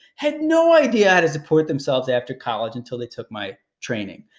had no idea how to support themselves after college until they took my training.